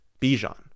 Bijan